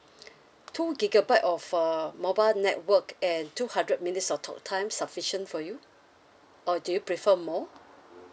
two gigabyte of uh mobile network and two hundred minutes of talk time sufficient for you or do you prefer more